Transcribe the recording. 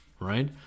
right